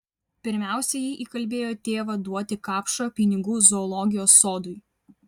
pirmiausia ji įkalbėjo tėvą duoti kapšą pinigų zoologijos sodui